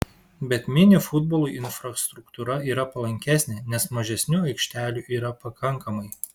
bet mini futbolui infrastruktūra yra palankesnė nes mažesniu aikštelių yra pakankamai